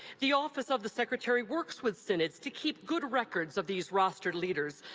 the office of the secretary works with synods to keep good records of these rostered leaders,